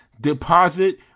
deposit